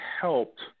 helped